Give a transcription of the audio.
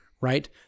right